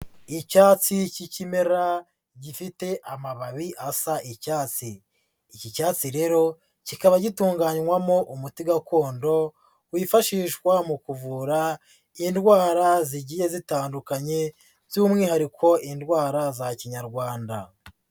Icyatsi k'ikimera gifite amababi asa icyatsi, iki cyatsi rero kikaba gitunganywamo umuti gakondo wifashishwa mu kuvura indwara zigiye zitandukanye, by'umwihariko indwara za Kinyarwanda.